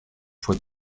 fois